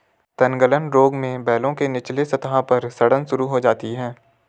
तनगलन रोग में बेलों के निचले सतह पर सड़न शुरू हो जाती है